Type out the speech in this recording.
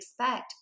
expect